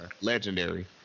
legendary